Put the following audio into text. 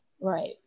Right